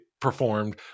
performed